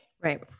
Right